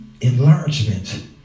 enlargement